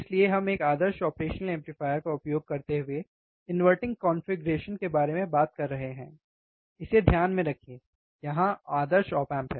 इसलिए हम एक आदर्श ऑपरेशनल एम्पलीफायर का उपयोग करते हुए इनवर्टिंग कॉन्फ़िगरेशन के बारे में बात कर रहे हैं इसे ध्यान में रखिए यहां आदर्श ऑप एम्प है